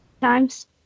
times